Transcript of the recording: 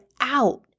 out